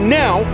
now